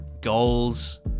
goals